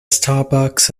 starbucks